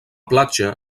platja